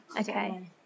okay